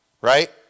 right